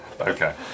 Okay